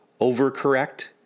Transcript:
overcorrect